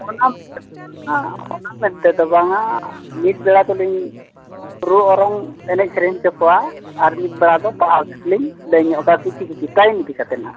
ᱚᱱᱟ ᱢᱮᱱᱛᱮ ᱫᱚ ᱵᱟᱝ ᱟ ᱚᱱᱟ ᱢᱮᱱᱛᱮᱫᱚ ᱵᱟᱝ ᱟ ᱢᱤᱫ ᱵᱮᱲᱟ ᱫᱚᱞᱤᱧ ᱨᱩᱻ ᱚᱨᱚᱝ ᱮᱱᱮᱡ ᱥᱮᱨᱮᱧ ᱚᱪᱚ ᱠᱚᱣᱟ ᱟᱨ ᱢᱤᱫ ᱵᱮᱲᱟ ᱫᱚ ᱯᱟᱲᱦᱟᱣ ᱠᱚᱞᱤᱧ ᱞᱟᱹᱭ ᱧᱚᱜ ᱟᱠᱚᱣᱟ ᱠᱤᱪᱷᱤ ᱠᱤᱪᱷᱤ ᱴᱟᱭᱤᱢ ᱤᱫᱤ ᱠᱟᱛᱮ ᱦᱟᱜ